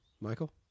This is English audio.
Michael